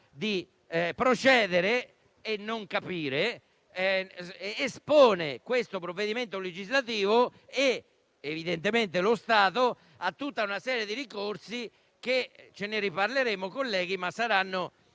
di procedere senza capire, espone questo provvedimento legislativo e lo Stato a tutta una serie di ricorsi: ne riparleremo, colleghi, ma saranno